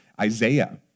Isaiah